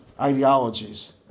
ideologies